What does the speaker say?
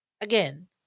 again